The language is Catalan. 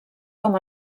com